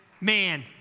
Man